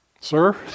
sir